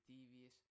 Devious